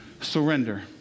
surrender